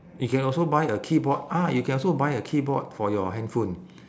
you can also buy a keyboard ah you can also buy a keyboard for your handphone